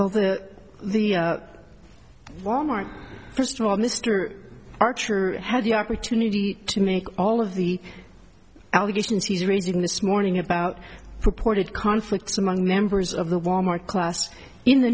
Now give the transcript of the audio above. well the the walmart first of all mr archer had the opportunity to make all of the allegations he's raising this morning about purported conflicts among members of the wal mart class in the